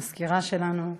המזכירה שלנו,